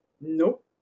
Nope